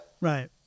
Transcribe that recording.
right